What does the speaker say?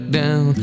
down